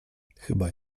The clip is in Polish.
chyba